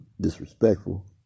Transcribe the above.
disrespectful